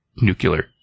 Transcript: nuclear